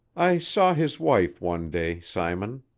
i saw his wife one day, simon,